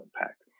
impact